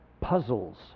puzzles